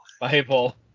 Bible